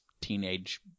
teenage